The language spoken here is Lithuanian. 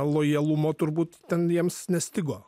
lojalumo turbūt ten jiems nestigo